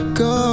go